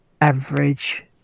average